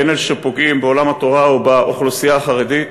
הן אלה שפוגעים בעולם התורה ובאוכלוסייה החרדית.